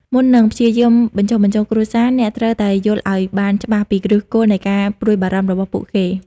មុននឹងព្យាយាមបញ្ចុះបញ្ចូលគ្រួសារ អ្នកត្រូវតែយល់ឲ្យបានច្បាស់ពីឫសគល់នៃការព្រួយបារម្ភរបស់ពួកគេ។